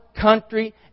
country